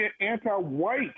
anti-white